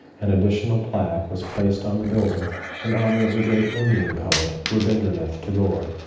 an additional plaque was placed on the building in honor of the great indian poet rabindranath tagore,